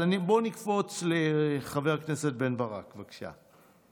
אז בואו נקפוץ לחבר הכנסת בן ברק, בבקשה.